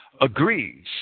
agrees